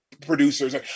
producers